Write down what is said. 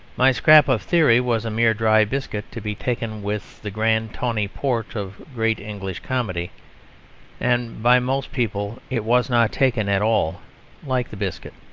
my scrap of theory was a mere dry biscuit to be taken with the grand tawny port of great english comedy and by most people it was not taken at all like the biscuit.